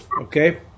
okay